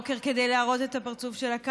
ב-04:00 כדי להראות את הפרצוף שלה כאן.